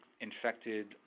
infected